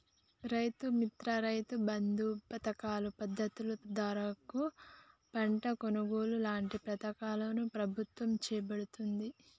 రైతు మిత్ర, రైతు బంధు పధకాలు, మద్దతు ధరకు పంట కొనుగోలు లాంటి పధకాలను ప్రభుత్వం చేపడుతాంది